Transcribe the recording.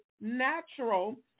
natural